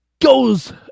goes